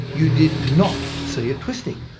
you did not see it twisting.